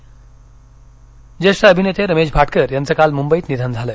निधन रमेश भाकिर ज्येष्ठ अभिनेते रमेश भाटकर यांचं काल मुंबईत निधन झालं